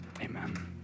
Amen